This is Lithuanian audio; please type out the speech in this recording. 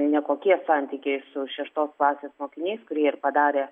ne kokie santykiai su šeštos klasės mokiniais kurie ir padarė